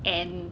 and